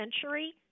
century